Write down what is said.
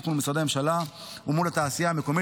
מול משרדי הממשלה ומול התעשייה המקומית,